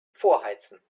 vorheizen